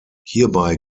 hierbei